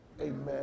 Amen